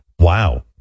Wow